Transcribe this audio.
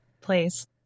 Please